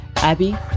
Abby